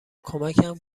کمکم